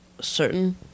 certain